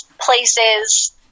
places